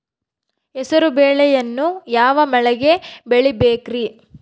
ಹೆಸರುಬೇಳೆಯನ್ನು ಯಾವ ಮಳೆಗೆ ಬೆಳಿಬೇಕ್ರಿ?